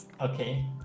okay